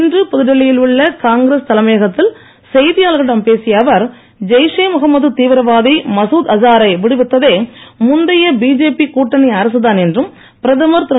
இன்று புதுடெல்லியில் உள்ள காங்கிரஸ் தலைமையகத்தில் செய்தியாளர்களிடம் பேசிய அவர் ஜெய்ஷே முகமது தீவிரவாதி மசூத் அசாரை விடுவித்ததே முந்தைய பிஜேபி கூட்டணி அரசு தான் என்றும் பிரதமர் திரு